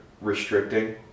restricting